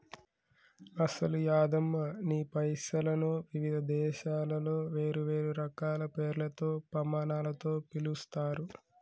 అసలు యాదమ్మ నీ పైసలను వివిధ దేశాలలో వేరువేరు రకాల పేర్లతో పమానాలతో పిలుస్తారు